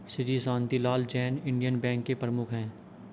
Shri Shantilal Jain Indian Bank के प्रमुख है